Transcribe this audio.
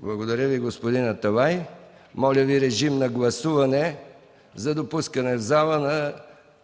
Благодаря Ви, господин Аталай. Моля режим на гласуване за допускане в залата на